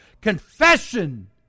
confession